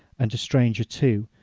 and a stranger too,